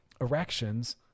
erections